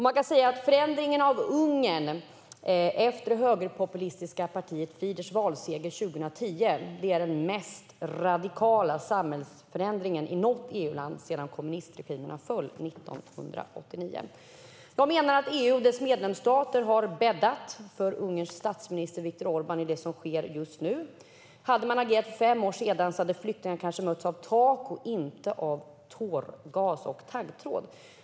Man kan säga att förändringen av Ungern efter det högerpopulistiska partiet Fidesz valseger 2010 är den mest radikala samhällsförändringen i något EU-land sedan kommunistregimerna föll 1989. Jag menar att EU och dess medlemsstater har bäddat för Ungerns statsminister Viktor Orbán i det som sker just nu. Hade man agerat för fem år sedan hade flyktingarna kanske mötts av tak, inte av tårgas och taggtråd.